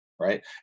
Right